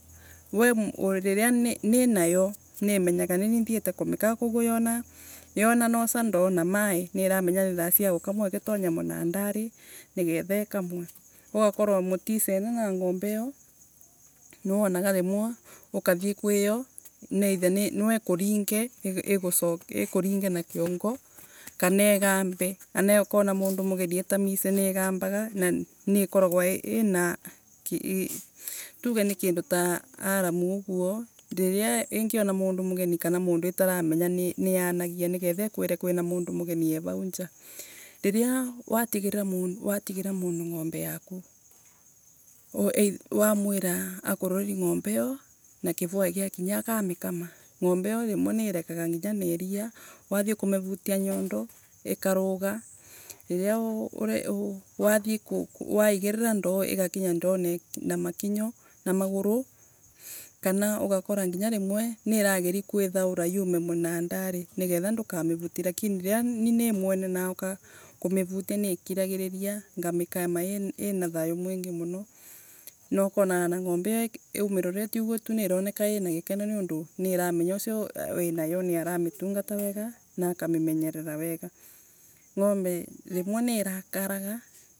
wi riria ninayo, niimenyaga ninie thiete kumi kamaa, koguo yana coca ndoo na maii, niramenya nithaa cia gukama, igitonya murandari nigetha ikamwe. Agakorwo muticene na ngombe iyo, niyanaga, rimwo ukathie kwi yo nwaikarige, igucoke ikuringe na kioga kana igmbe. Anayo ikana munda mugeni itamwici ni igambaga, niikoragwa inatugenii kindu ta aramu uguo riria ingona mundu mugeni kana mundu itaramenya niyanagia nigetha ikwire kwina mundu mugeni wi vau nja. Riria watigira mundu mugeni ng’ombe yaku, wamwira akurorerie ng’ombe iyo; na kivwaii giakinya akamikama, ngombe iyo ana rimwe ni iregaga nginya na iria wathie kumivutia nyando, ikaruga. Riria. Wathiewaigirira ndoo igakinya ndoo na makinyo na maguro kana ugakora rimwe ni irageria kwithaura yume munandari nigetha ndukamivuti lakini riria nie ni mwere nauka kumivutia niikiragiriria ngamakamaina thayu mwingi muno, naukonaga ng’ombe iyo umiroretie ugwo ukonaga ina gkeno nundu niiramenya ucio wi nayo niaramitungata wega na ikomenyererwa wega. Ngombe rimwe niirakanaga.